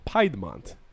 Piedmont